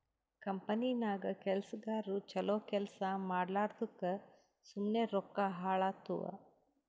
ಕಂಪನಿನಾಗ್ ಕೆಲ್ಸಗಾರು ಛಲೋ ಕೆಲ್ಸಾ ಮಾಡ್ಲಾರ್ದುಕ್ ಸುಮ್ಮೆ ರೊಕ್ಕಾ ಹಾಳಾತ್ತುವ್